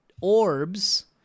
orbs